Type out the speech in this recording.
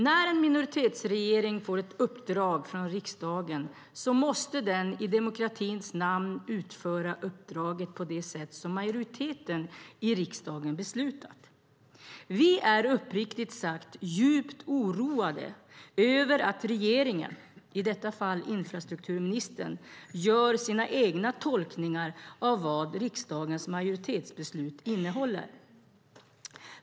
När en minoritetsregering får ett uppdrag från riksdagen måste den i demokratins namn utföra uppdraget på det sätt som majoriteten i riksdagen beslutat. Vi är uppriktigt sagt djupt oroade över att regeringen, i detta fall infrastrukturministern, gör sina egna tolkningar av riksdagens majoritetsbeslut.